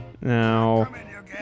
Now